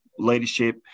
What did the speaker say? leadership